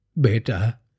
Beta